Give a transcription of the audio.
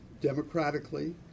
democratically